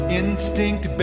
instinct